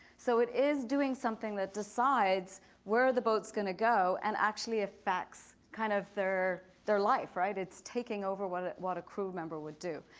so it is doing something that decides where the boat's going to go and actually affects kind of their their life. it's taking over what what a crew member would do.